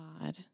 God